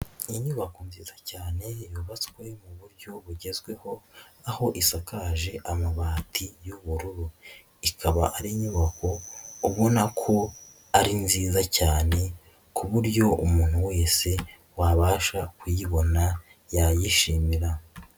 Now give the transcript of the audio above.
Inyubako nziza cyane yubatswe mu buryo bugezweho aho isakaje amabati y'ubururu, ikaba ari inyubako ubona ko ari nziza cyane ku buryo umuntu wese wabasha kuyibona yayishimira.